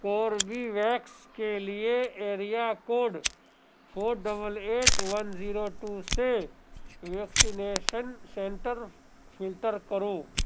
کوربی ویکس کے لیے area code four double eight one zero two سے ویکسینیشن سینٹر فلٹر کرو